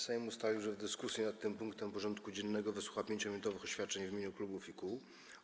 Sejm ustalił, że w dyskusji nad tym punktem porządku dziennego wysłucha 5-minutowych oświadczeń w imieniu klubów i kół.